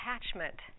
attachment